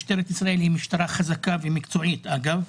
משטרת ישראל היא משטרה חזקה ומקצועית, אגב,